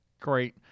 great